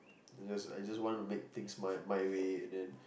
I just I just want to make things my my way and then